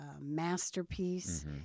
masterpiece